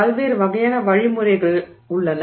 பல்வேறு வகையான வழிமுறைகள் உள்ளன